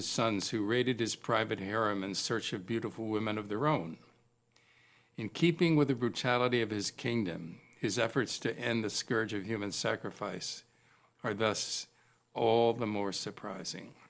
his sons who raided his private harem in search of beautiful women of their own in keeping with the brutality of his kingdom his efforts to end the scourge of human sacrifice harvests all the more surprising